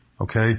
Okay